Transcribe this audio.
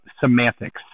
semantics